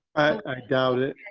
i doubt it.